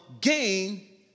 gain